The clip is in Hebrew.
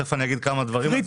תיכף אני אגיד כמה דברים על זה.